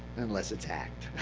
unless it's hacked.